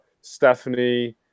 Stephanie